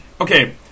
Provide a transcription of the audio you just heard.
Okay